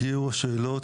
הגיעו השאלות,